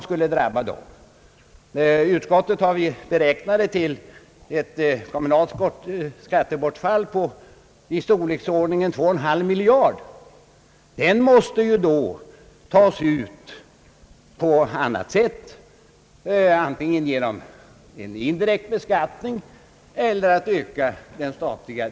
I utskottet har vi beräknat det kommunala skattebortfallet till omkring 21/2 miljarder, och de pengarna måste i så fall tas ut på annat sätt, antingen genom indirekt beskattning eller genom höjd direkt statsskatt.